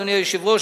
אדוני היושב-ראש,